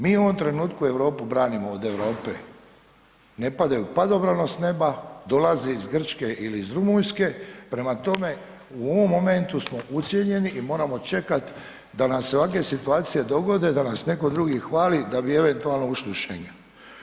Mi u ovom trenutku Europu branimo od Europe, ne padaju padobranom s neba, dolaze iz Grčke ili Rumunjske, prama tome u ovom momentu smo ucijenjeni i moramo čekati da nam se ovakve situacije dogode i da nas netko drugi hvali da bi eventualno ušli u šengen.